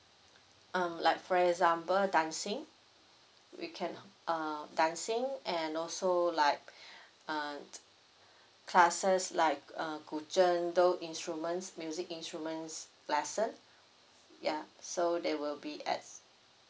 um like for example dancing we can uh dancing and also like uh classes like uh guzheng those instruments music instruments lesson ya so they will be at